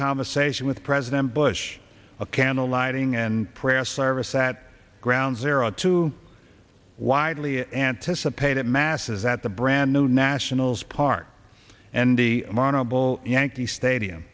conversation with president bush a candle lighting and prayer service at ground zero two widely anticipated masses at the brand new nationals park and the marble yankee stadium